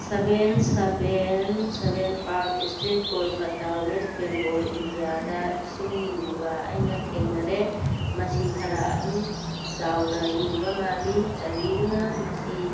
seven seven seven Park Street Kolkata west Bengal ꯏꯟꯗꯤꯌꯥꯗ ꯏꯁꯤꯡ ꯌꯨꯕ ꯑꯩꯅ ꯊꯦꯡꯅꯔꯦ ꯃꯁꯤ ꯈꯔ ꯑꯗꯨꯝ ꯆꯥꯎꯅ ꯌꯨꯕ ꯃꯥꯜꯂꯤ ꯆꯥꯟꯕꯤꯗꯨꯅ ꯃꯁꯤ